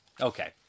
Okay